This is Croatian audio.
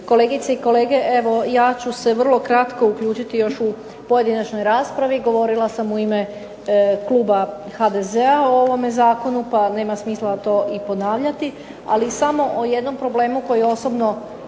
kolegice i kolege. Evo ja ću se vrlo kratko uključiti još u pojedinačnoj raspravi, govorila sam u ime kluba HDZ-a o ovome zakonu pa nema smisla to i ponavljati, ali samo o jednom problemu koji osobno